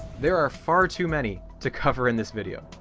there are far too many to cover in this video.